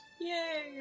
Yay